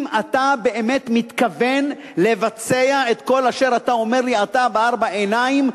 אם אתה באמת מתכוון לבצע את כל אשר אתה אומר לי עתה בארבע עיניים,